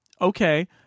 okay